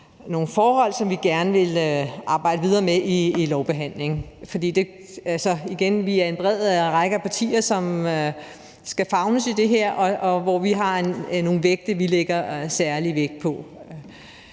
nogle forhold, som vi gerne vil arbejde videre med i lovbehandlingen. Igen: Vi er en bred række af partier, som skal favnes i det her, hvor vi har nogle vægte, vi finder særlig vigtige.